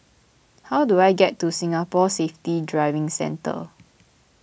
how do I get to Singapore Safety Driving Centre